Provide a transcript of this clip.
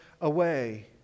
away